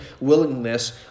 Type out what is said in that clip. willingness